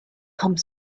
come